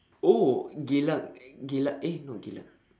oh geylang at geylang eh no geylang